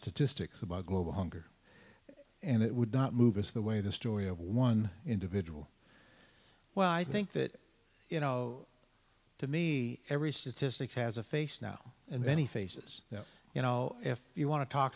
statistics about global hunger and it would not move us the way the story of one individual well i think that you know to me every statistic has a face now and many faces you know if you want to talk